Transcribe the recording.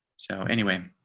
so anyway.